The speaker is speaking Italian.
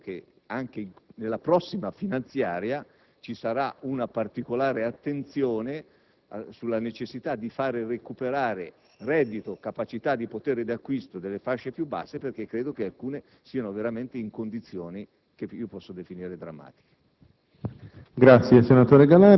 che lei abbia detto che anche nella prossima legge finanziaria ci sarà una particolare attenzione alla necessità di far recuperare reddito e capacità di potere d'acquisto alle fasce più basse, perché credo che alcune siano veramente in condizioni che posso definire drammatiche.